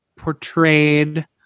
portrayed